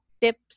tips